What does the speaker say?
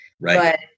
Right